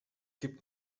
gibt